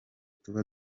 tuba